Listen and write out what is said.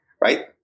right